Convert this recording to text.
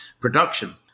production